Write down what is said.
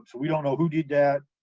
so we don't know who did that